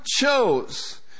chose